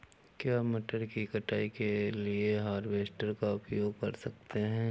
क्या मटर की कटाई के लिए हार्वेस्टर का उपयोग कर सकते हैं?